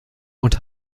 und